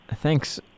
Thanks